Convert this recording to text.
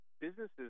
Businesses